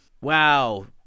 Wow